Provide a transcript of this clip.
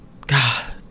God